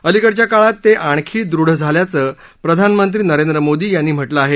अलिकडच्या काळात ते आणखी दृढ झाल्याचं प्रधानमंत्री नरेंद्र मोदी यांनी म्हटलं आहे